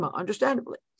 understandably